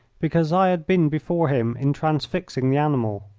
because i had been before him in transfixing the animal.